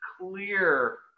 clear